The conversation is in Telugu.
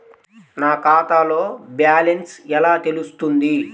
నా ఖాతాలో బ్యాలెన్స్ ఎలా తెలుస్తుంది?